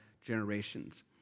generations